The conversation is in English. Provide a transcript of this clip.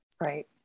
Right